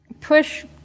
push